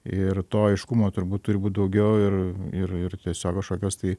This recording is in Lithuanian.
ir to aiškumo turbūt turi būt daugiau ir ir ir tiesiog kažkokios tai